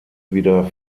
wieder